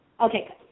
Okay